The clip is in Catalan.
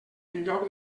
lloc